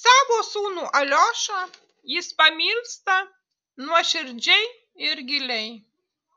savo sūnų aliošą jis pamilsta nuoširdžiai ir giliai